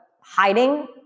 hiding